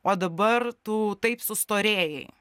o dabar tų taip sustorėjai